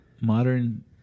modern